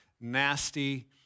nasty